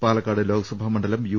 പാലക്കാട് ലോക്സഭാ മണ്ഡലം യു